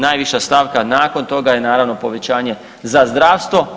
Najviša stavka nakon toga je naravno povećanje za zdravstvo.